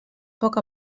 poc